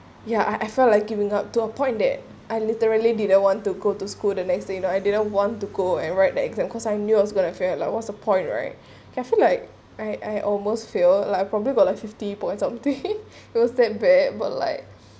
ya I I feel like giving up to a point that I literally didn't want to go to school the next day you know I didn't want to go and write the exam because I knew I was gonna fail like what's the point right I feel like I I almost fail like I probably about like fifty points of the day it was that bad but like